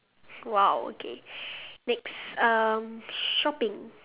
!wow! okay next um shopping